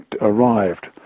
arrived